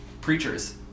preachers